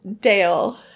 Dale